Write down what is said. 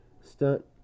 stunt